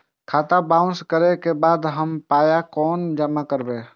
खाता बाउंस करै के बाद हम पाय कोना जमा करबै?